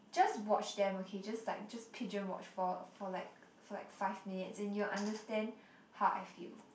just watch them okay just like just pigeon watch for for like for like five minutes and you will understand how I feel